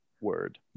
Word